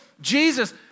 Jesus